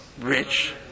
rich